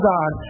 God